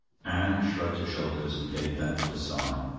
anne shrugged her shoulders and gave vent to a sigh.